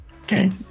Okay